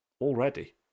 already